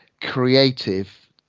creative